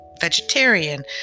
vegetarian